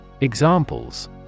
Examples